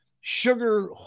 sugar